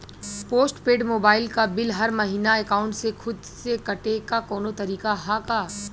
Post paid mobile क bill हर महिना एकाउंट से खुद से कटे क कौनो तरीका ह का?